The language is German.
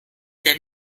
der